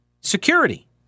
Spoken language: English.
security